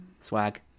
Swag